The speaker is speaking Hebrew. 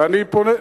ואני פונה,